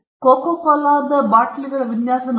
speaker 1 ಸರಿ Coca Cola ಅದರ ಬಾಟಲಿಗಳ ವಿನ್ಯಾಸಗಳನ್ನು ನೋಡಿ